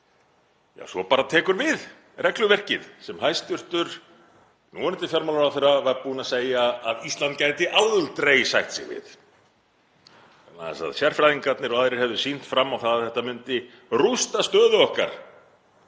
svo? Svo bara tekur við regluverkið sem hæstv. núverandi fjármálaráðherra var búinn að segja að Ísland gæti aldrei sætt sig við, vegna þess að sérfræðingarnir og aðrir hefðu sýnt fram á að þetta myndi rústa stöðu okkar